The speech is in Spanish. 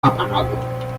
apagado